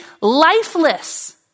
lifeless